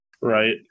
right